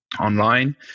online